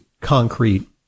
concrete